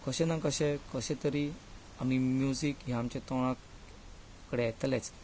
कशे ना कशे कशे तरी म्युजीक हें आमच्या तोंडा कडेन येतलेंच